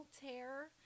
tear